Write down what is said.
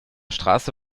straße